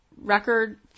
record